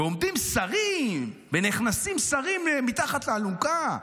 ועומדים שרים ונכנסים שרים מתחת לאלונקה,